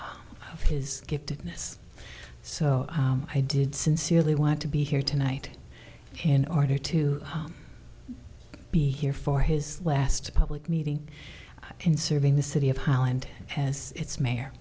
of his giftedness so i did sincerely want to be here tonight in order to be here for his last public meeting in serving the city of holland has its mayor